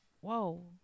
whoa